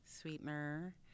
sweetener